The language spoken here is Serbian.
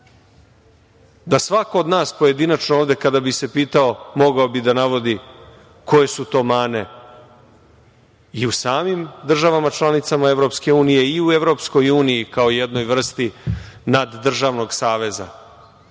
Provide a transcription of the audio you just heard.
da svako od nas pojedinačno ovde kada bi se pitao mogao bi da navodi koje su to mane i u samim državama članicama EU i u EU kao jednoj vrsti nad državnog saveza. Da